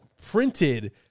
printed